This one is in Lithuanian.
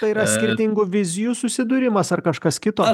tai yra skirtingų vizijų susidūrimas ar kažkas kito